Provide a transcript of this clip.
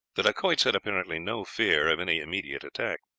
the dacoits had apparently no fear of any immediate attack.